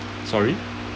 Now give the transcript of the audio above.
sorry